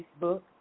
Facebook